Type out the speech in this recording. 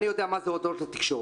אני יודע מה זה הודעות לתקשורת.